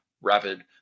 Rapid